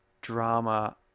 drama